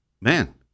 man